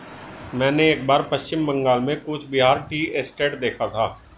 मैंने एक बार पश्चिम बंगाल में कूच बिहार टी एस्टेट देखा था